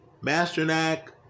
Masternak